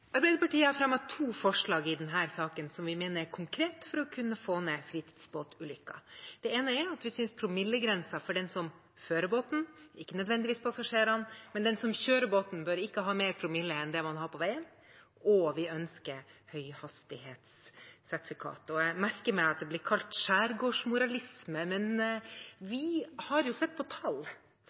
for å få kunne få ned antall fritidsbåtulykker. Det ene gjelder promillegrensen. Vi synes den som fører båten – ikke nødvendigvis passasjerene, men den som kjører båten – ikke bør ha mer promille enn det man har på veien, og vi ønsker høyhastighetssertifikat. Jeg merker meg at det blir kalt skjærgårdsmoralisme, men vi har sett på tall.